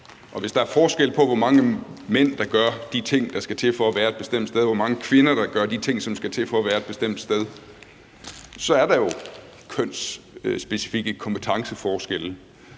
Og hvis der er forskel på, hvor mange mænd der gør de ting, der skal til, for at være et bestemt sted, og hvor mange kvinder der gør de ting, som skal til, for at være et sted, så er der jo kønsspecifikke kompetenceforskelle.